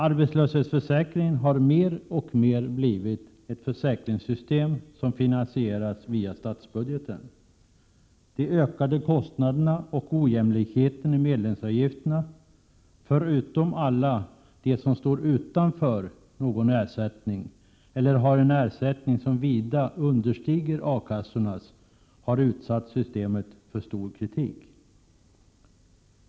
Arbetslöshetsförsäkringen har mer och mer blivit ett försäkringssystem som finansieras via statsbudgeten. De ökade kostnaderna och ojämlikheten i medlemsavgifterna förutom alla de som står utanför någon ersättning eller har en ersättning som vida understiger A-kassornas, har utsatt systemet för stark kritik.